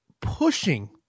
pushing